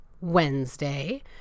Wednesday